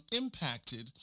impacted